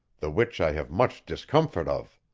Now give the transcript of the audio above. the which i have much discomfit of.